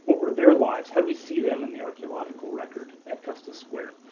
were their lives? how do we see them in the archeological record at custis square?